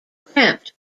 cramped